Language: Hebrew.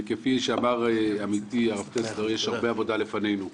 וכפי שאמר עמיתי, הרב טסלר, יש הרבה עבודה לפנינו.